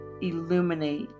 illuminate